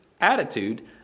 attitude